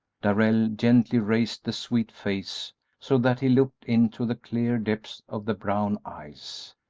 darrell gently raised the sweet face so that he looked into the clear depths of the brown eyes.